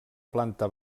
planta